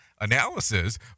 analysis